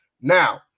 Now